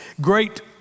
great